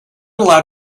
allowed